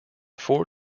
four